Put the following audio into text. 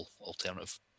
alternative